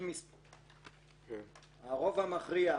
הרוב המכריע.